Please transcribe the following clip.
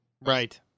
Right